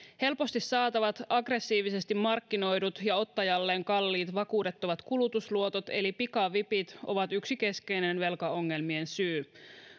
helposti saatavat aggressiivisesti markkinoidut ja ottajalleen kalliit vakuudettomat kulutusluotot eli pikavipit ovat yksi keskeinen velkaongelmien syy